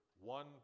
one